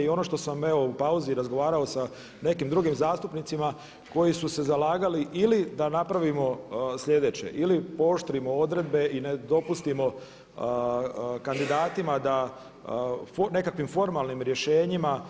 I ono što sam evo u pauzi razgovarao sa nekim drugim zastupnicima koji su se zalagali ili da napravimo slijedeće, ili pooštrimo odredbe i ne dopustimo kandidatima da nekakvim formalnim rješenjima